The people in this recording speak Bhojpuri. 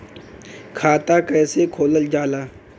खाता कैसे खोलल जाला?